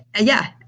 yeah.